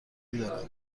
دارم